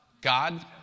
God